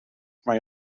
mae